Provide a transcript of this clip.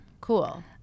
Cool